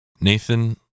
Nathan